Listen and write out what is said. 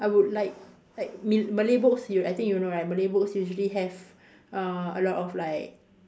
I would like like mil~ Malay books you I think you know right Malay books usually have uh a lot of like